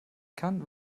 kann